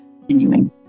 continuing